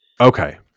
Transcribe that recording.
Okay